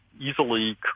easily